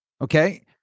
Okay